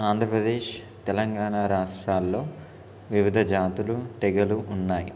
ఆంధ్రప్రదేశ్ తెలంగాణ రాష్ట్రాల్లో వివిధ జాతులు తెగలు ఉన్నాయి